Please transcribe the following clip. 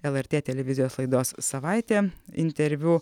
lrt televizijos laidos savaitė interviu